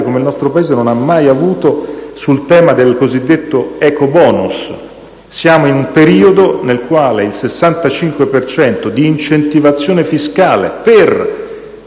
come il nostro Paese non ha mai avuto sul tema del cosiddetto ecobonus. È un periodo nel quale il 65 per cento di incentivazione fiscale per